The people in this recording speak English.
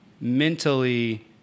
mentally